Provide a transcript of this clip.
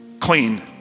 clean